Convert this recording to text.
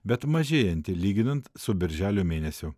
bet mažėjanti lyginant su birželio mėnesiu